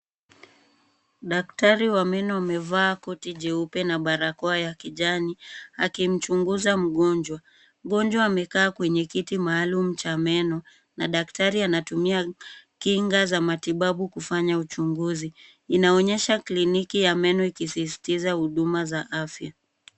Daktari wa meno amevaa koti jeupe na barakoa ya kijani akimchunguza mgonjwa. Mgonjwa amekaa kwenye kiti maalum cha meno na daktari anatumia kinga za matibabu kufanya uchunguzi. Inaonesha kliniki ya meno ikisiatiza huduma za afya.